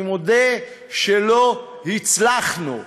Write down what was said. אני מודה שלא הצלחנו.